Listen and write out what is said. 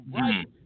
right